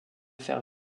faire